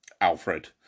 Alfred